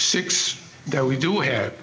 six that we do have